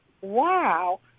Wow